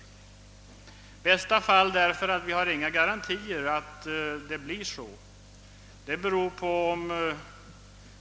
Jag säger i bästa fall, därför att vi har inga garantier för att det blir så.